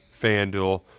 FanDuel